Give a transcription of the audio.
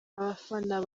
abafana